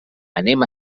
anem